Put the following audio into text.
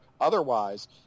otherwise